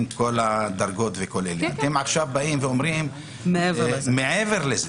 ועכשיו אתם מבקשים משהו מעבר לזה.